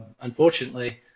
unfortunately